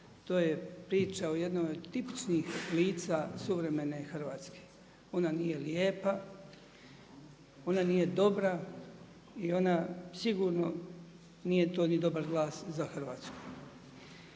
to je priča o jednoj od tipičnih lica suvremene Hrvatske. Ona nije lijpa, ona nije dobra i ona sigurno nije to ni dobar glas za Hrvatsku.